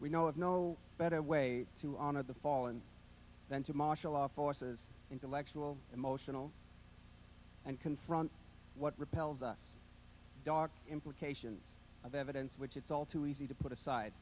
we know of no better way to honor the fallen than to marshal law forces intellectual emotional and confront what repels us dr implications of evidence which it's all too easy to put aside